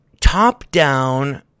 top-down